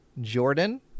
Jordan